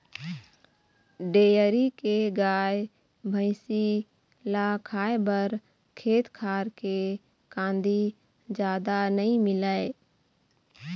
dairy के गाय, भइसी ल खाए बर खेत खार के कांदी जादा नइ मिलय